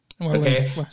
Okay